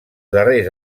darrers